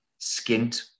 skint